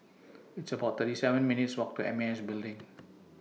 It's about thirty seven minutes' Walk to M A S Building